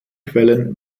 quellen